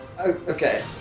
Okay